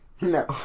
No